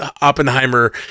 Oppenheimer